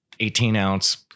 18-ounce